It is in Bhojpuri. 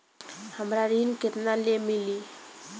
हमरा ऋण केतना ले मिली?